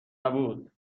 نبود